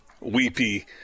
weepy